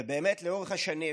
ובאמת, לאורך השנים